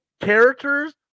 characters